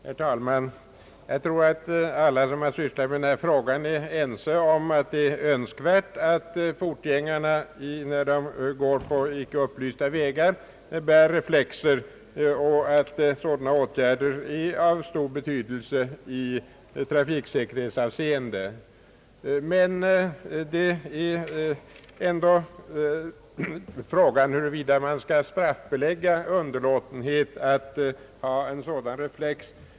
Herr talman! Jag tror att alla som har sysslat med denna fråga är ense om Öönskvärdheten av att fotgängarna på icke upplysta vägar bär reflex och att en sådan åtgärd är av stor betydelse i trafiksäkerhetshänseende. Det är dock ändå ovisst, huruvida man skall straffbelägga underlåtenhet att bära sådan reflex.